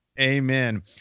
Amen